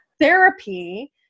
therapy